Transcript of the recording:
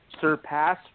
surpass